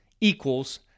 equals